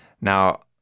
Now